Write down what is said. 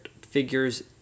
figures